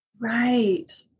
Right